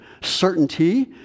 Certainty